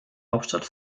hauptstadt